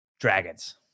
Dragons